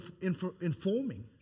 informing